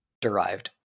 Derived